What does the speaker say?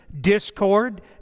discord